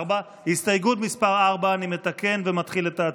הסתייגות מס' 4. אני מתקן ומתחיל את ההצבעה.